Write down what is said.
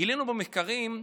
גילינו במחקרים,